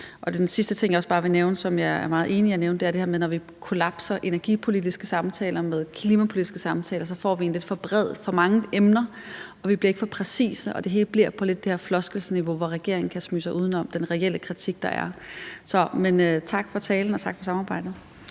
i. Den sidste ting, jeg også bare vil nævne, og som jeg er meget enig i, er det her med, at vi, når vi sammenblander energipolitiske samtaler med klimapolitiske samtaler, får gjort det lidt for bredt og med for mange emner. Vi bliver ikke så præcise, og det hele bliver lidt på det her floskelniveau, hvor regeringen kan smyge sig uden om den reelle kritik, der er. Men tak for talen, og tak for samarbejdet.